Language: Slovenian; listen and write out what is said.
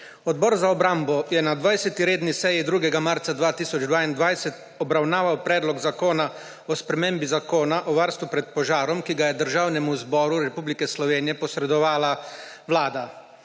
Odbor za obrambo je na 20. seji 2. marca 2022 obravnaval Predlog zakona o spremembi Zakona o varstvu pred požarom, ki ga je Državnemu zboru Republike Slovenije posredovala Vlada.